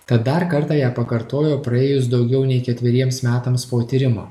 tad dar kartą ją pakartojo praėjus daugiau nei ketveriems metams po tyrimo